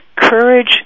courage